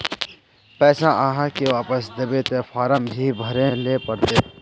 पैसा आहाँ के वापस दबे ते फारम भी भरें ले पड़ते?